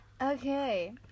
Okay